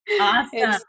Awesome